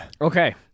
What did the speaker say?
Okay